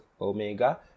omega